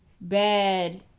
bad